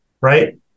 right